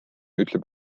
ütleb